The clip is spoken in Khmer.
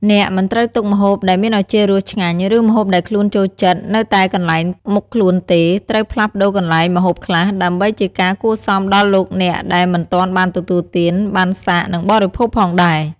អ្នកមិនត្រូវទុកម្ហូបដែលមានឱជារសឆ្ងាញ់ ឬម្ហូបដែលខ្លួនចូលចិត្ត នៅតែកន្លែងមុខខ្លួនទេ ត្រូវផ្លាស់ប្តូរកន្លែងម្ហូបខ្លះ ដើម្បីជាការគួរសមដល់លោកអ្នកដែលមិនទានបានទទួលទាន បានសាក និងបិភោគផងដែរ។